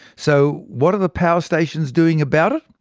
so what are the power stations doing about it?